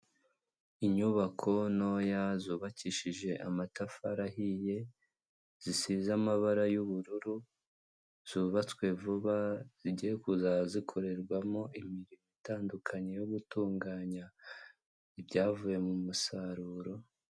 Inyubako ntoya zubakishije amatafari ahiye, zisize amabara y'ubururu, zubatswe vuba; zigiye kuzaza zikorerwamo imirimo itandukanye yo gutunganya ibyavuye mu musaruro.